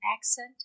accent